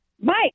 Mike